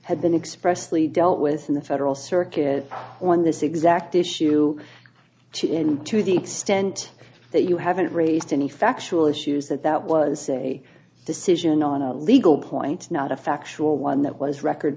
had been expressly dealt with in the federal circuit when this exact issue chip in to the extent that you haven't raised any factual issues that that was a decision on a legal point not a factual one that was record